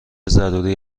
ضروری